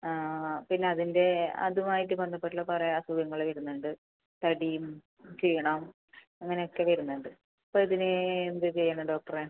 ആ ആ പിന്നെ അതിൻ്റെ അതുമായിട്ട് ബന്ധപ്പെട്ട് കുറേ അസുഖങ്ങൾ വരുന്നുണ്ട് തടിയും ക്ഷീണം അങ്ങനെ ഒക്കെ വരുന്നുണ്ട് അപ്പോൾ അതിന് എന്ത് ചെയ്യണം ഡോക്ടറെ